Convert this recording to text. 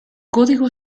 código